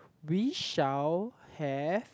we shall have